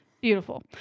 Beautiful